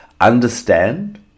understand